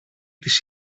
τις